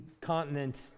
continents